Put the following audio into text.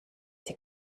sie